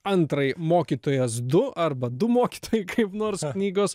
antrai mokytojas du arba du mokytojai kaip nors knygos